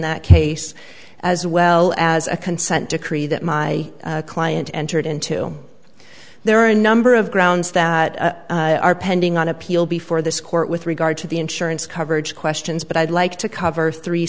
that case as well as a consent decree that my client entered into there are a number of grounds that are pending on appeal before this court with regard to the insurance coverage questions but i'd like to cover three